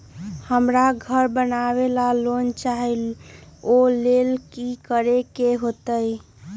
हमरा घर बनाबे ला लोन चाहि ओ लेल की की करे के होतई?